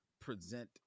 present